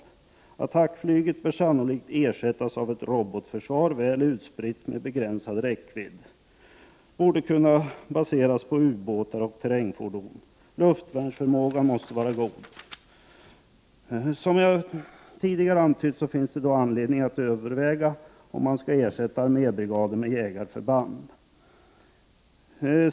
Attackfly OM säkerhetspolitiken get bör sannolikt ersättas av ett robotförsvar, väl utspritt med begränsad Och totalförsvaret räckvidd. Detta borde kunna baseras på ubåtar och terrängfordon. Luftvärnsförmågan måste vara god. Som jag tidigare antytt, finns det anledning överväga att ersätta armébrigader med jägarförband.